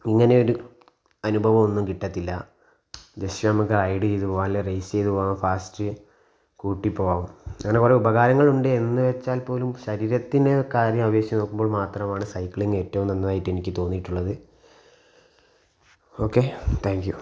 ഇങ്ങനെയൊരു അനുഭവമൊന്നും കിട്ടത്തില്ല ജസ്റ്റ് നമുക്ക് ഹൈഡ് ചെയ്തു പോവാം അല്ലെങ്കിൽ റൈസ് ചെയ്തു പോവാം ഫാസ്റ്റ് കൂട്ടി പോവാം അങ്ങനെ കുറേ ഉപകാരങ്ങൾ ഉണ്ട് എന്നു വച്ചാൽ പോലും ശരീരത്തിന് കാര്യം അപേക്ഷിച്ച് നോക്കുമ്പോൾ മാത്രമാണ് സൈക്ലിംഗ് ഏറ്റവും നന്നായിട്ട് എനിക്ക് തോന്നിയിട്ടുള്ളത് ഓക്കെ താങ്ക് യു